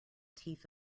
teeth